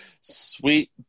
sweet